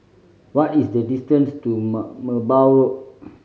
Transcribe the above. what is the distance to Merbau Road